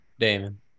Damon